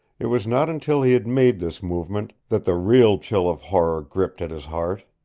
it was not until he had made this movement that the real chill of horror gripped at his heart.